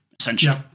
essentially